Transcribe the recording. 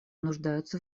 нуждаются